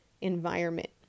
environment